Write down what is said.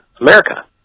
America